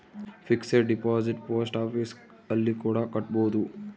fixed deposit post office ಅಲ್ಲಿ ಕೂಡ ಕಟ್ಬೋದು